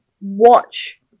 watch